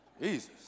Jesus